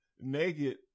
naked